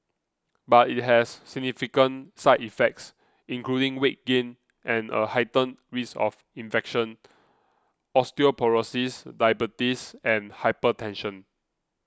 but it has significant side effects including weight gain and a heightened risk of infection osteoporosis diabetes and hypertension